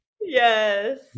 Yes